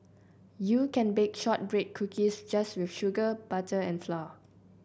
you can bake shortbread cookies just with sugar butter and flour